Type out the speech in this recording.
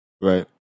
Right